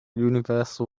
universal